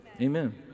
Amen